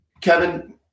Kevin